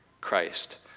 Christ